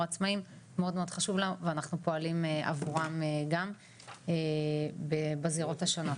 העצמאים מאוד חשוב להם ואנחנו פועלים עבורם גם בזירות השונות.